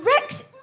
Rex